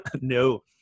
no